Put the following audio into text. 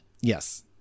Yes